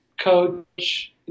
coach